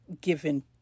given